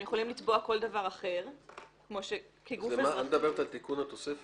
הם יכולים לתבוע כל דבר אחר כגוף -- את מדברת על תיקון התוספת?